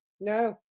no